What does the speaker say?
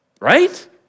Right